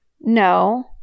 No